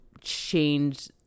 change